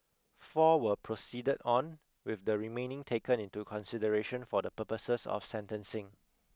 four were proceeded on with the remaining taken into consideration for the purposes of sentencing